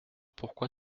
pourquoi